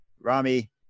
rami